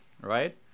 right